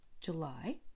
July